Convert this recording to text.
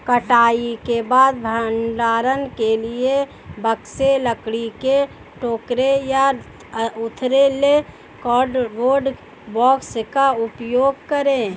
कटाई के बाद भंडारण के लिए बक्से, लकड़ी के टोकरे या उथले कार्डबोर्ड बॉक्स का उपयोग करे